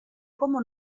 como